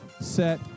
set